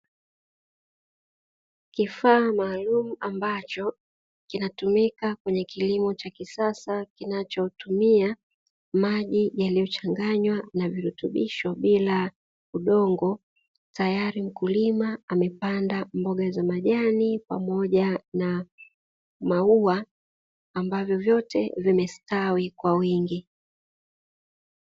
Kifaa maalumu ambacho kinatumika kwenye kilimo cha kisasa kinachotumia maji yaliyochanganywa na virutubisho bila udongo, tayari mkulima amepanda mboga za majani pamoja na maua ambavyo vyote vimestawi kwa wingi.